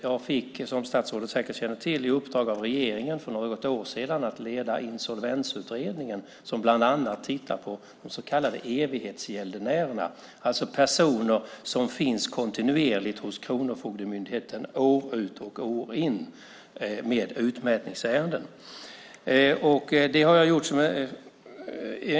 Jag fick, som statsrådet säkert känner till, i uppdrag av regeringen för något år sedan att leda Insolvensutredningen och bland annat titta på de så kallade evighetsgäldenärerna, alltså personer som finns kontinuerligt hos Kronofogdemyndigheten år ut och år in med utmätningsärenden.